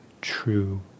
true